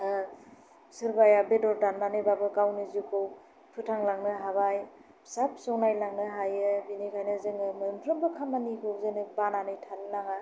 सोरबाया बेदर दाननानैब्लाबो गावनि जिउखौ फोथांलांनो हाबाय फिसा फिसौ नायलांनो हायो बेनिखायनो जोङो मोनफ्रोमबो खामानिखौ बिदिनो बानानै थानो नाङा